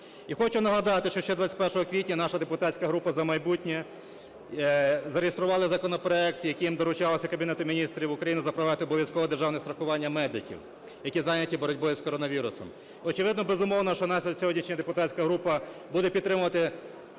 І хочу нагадати, що ще 21 квітня наша депутатська група "За майбутнє" зареєструвала законопроект, яким доручалося Кабінету міністрів України запровадити обов'язкове державне страхування медиків, які зайняті боротьбою з коронавірусом. Очевидно, безумовно, що наша сьогоднішня депутатська група буде підтримувати